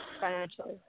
financially